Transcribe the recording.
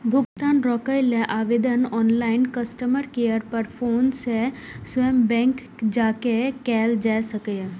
भुगतान रोकै लेल आवेदन ऑनलाइन, कस्टमर केयर पर फोन सं स्वयं बैंक जाके कैल जा सकैए